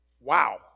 Wow